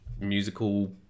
musical